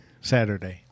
Saturday